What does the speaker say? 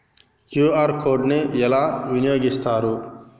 QR code ని ఎలా వినియోగిస్తారు?